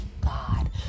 god